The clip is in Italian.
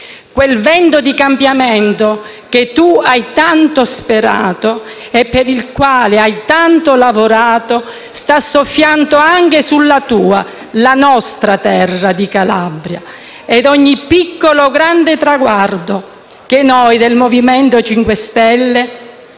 quel vento di cambiamento che tu hai tanto sperato e per il quale hai tanto lavorato sta soffiando anche sulla tua, la nostra terra di Calabria. Ed ogni piccolo grande traguardo che noi del MoVimento 5 Stelle